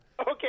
Okay